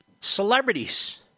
Celebrities